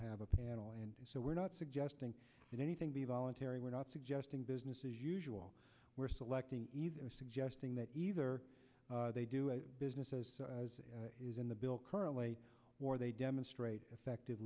have a panel and so we're not suggesting that anything be voluntary we're not suggesting business as usual we're selecting either suggesting that either they do business as is in the bill currently or they demonstrate effective